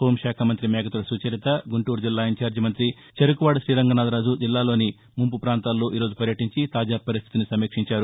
హోంశాఖ మంత్రి మేకతోటి సుచరిత గుంటూరు జిల్లా ఇన్చార్లి మంత్రి చెరుకువాడ శ్రీరంగనాధరాజు జిల్లాలోని ముంపు ప్రాంతాల్లో ఈరోజు పర్యటించి తాజ పరిస్థితిని సమీక్షించారు